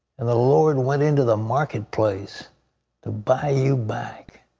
and the lord went into the marketplace to buy you back.